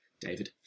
David